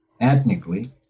ethnically